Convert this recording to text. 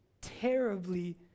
terribly